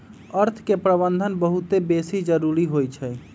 अर्थ के प्रबंधन बहुते बेशी जरूरी होइ छइ